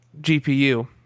GPU